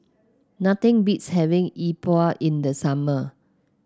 nothing beats having Yi Bua in the summer